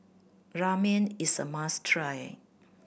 Ramen is a must try